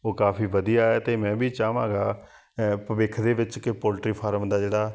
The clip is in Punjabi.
ਉਹ ਕਾਫੀ ਵਧੀਆ ਹੈ ਅਤੇ ਮੈਂ ਵੀ ਚਾਹਵਾਂਗਾ ਭਵਿੱਖ ਦੇ ਵਿੱਚ ਕਿ ਪੋਲਟਰੀ ਫਾਰਮ ਦਾ ਜਿਹੜਾ